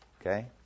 Okay